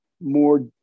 more